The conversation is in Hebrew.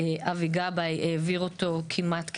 אבי גבאי העביר אותו כמעט כלשונו.